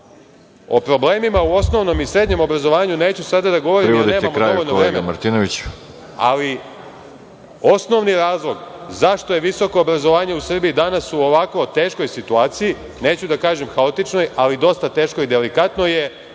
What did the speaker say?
O problemima u osnovnom i srednjem obrazovanju neću sada da govorim jer nemamo dovoljno vremena.